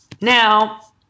Now